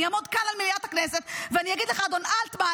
אני אעמוד כאן על מליאת הכנסת ואני אגיד לך: אדון אלטמן,